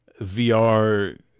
VR